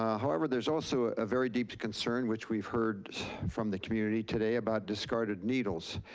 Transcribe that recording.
however, there's also a very deep concern which we've heard from the community today about discarded needles.